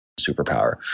superpower